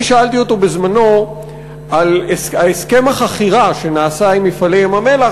אני שאלתי אותו בזמנו על הסכם החכירה שנעשה עם "מפעלי ים-המלח",